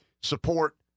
support